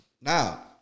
Now